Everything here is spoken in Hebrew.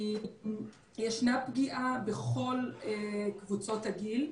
ישנה פגיעה בכל קבוצות הגיל.